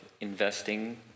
investing